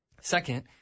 Second